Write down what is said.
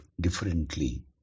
differently